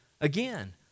again